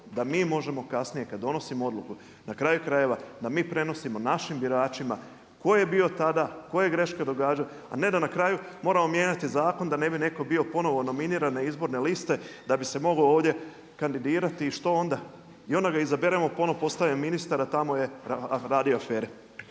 da mi možemo kasnije kada donosimo odluku, na kraju krajeva da mi prenosimo našim biračima tko je bio tada, tko je greške …/Govornik se ne razumije./… a ne da na kraju moramo mijenjati zakon da ne bi netko bio ponovno nominiran na izborne liste, da bi se mogao ovdje kandidirati i što ona? I onda ga izaberemo, on postaje ministar ta tamo je radio afere.